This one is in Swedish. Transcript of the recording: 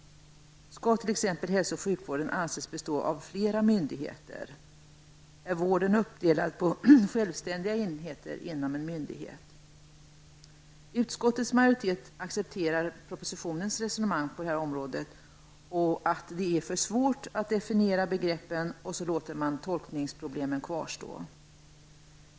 Skall t.ex. hälso och sjukvården anses bestå av flera myndigheter! Är vården uppdelad på självständiga enheter inom en myndighet? Utskottets majoritet accepterar propositionens resonemang att det är för svårt att definiera begreppen, och därmed låter man tolkningsproblemen kvarstå.